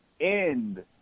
end